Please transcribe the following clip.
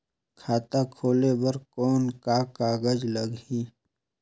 खाता खोले बर कौन का कागज लगही?